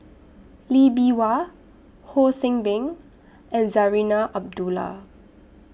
Lee Bee Wah Ho See Beng and Zarinah Abdullah